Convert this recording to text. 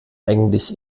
eigentlich